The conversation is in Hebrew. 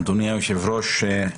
אדוני היושב-ראש,